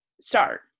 start